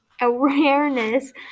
awareness